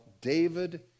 David